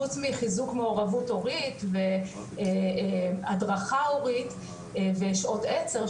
חוץ מחיזוק מעורבות הורית והדרכה הורית ושעות עצר,